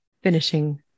Finishing